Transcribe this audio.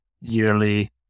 yearly